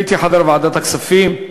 הייתי חבר ועדת הכספים,